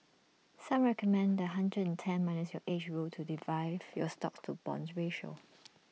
some recommend the hundred and ten minus your age rule to derive your stocks to bonds ratio